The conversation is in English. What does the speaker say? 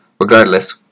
Regardless